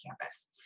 campus